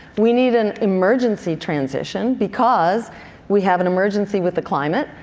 we need an emergency transition, because we have an emergency with the climate,